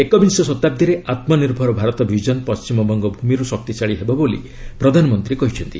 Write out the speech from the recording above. ଏକବିଂଶ ଶତାବ୍ଦୀରେ ଆତ୍ମନିର୍ଭର ଭାରତ ବିଜନ ପଶ୍ଚିମବଙ୍ଗ ଭୂମିରୁ ଶକ୍ତିଶାଳୀ ହେବ ବୋଲି ପ୍ରଧାନମନ୍ତ୍ରୀ କହିଛନ୍ତି